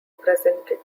presented